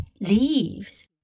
leaves